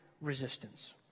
resistance